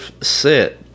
set